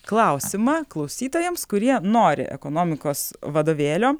klausimą klausytojams kurie nori ekonomikos vadovėlio